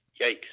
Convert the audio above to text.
Yikes